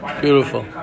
beautiful